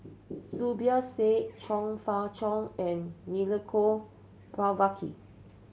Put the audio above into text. Zubir Said Chong Fah Cheong and Milenko Prvacki